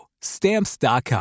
Stamps.com